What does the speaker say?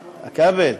כבל,